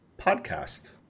podcast